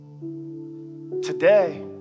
today